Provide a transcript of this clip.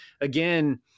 again